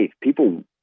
People